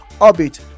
Orbit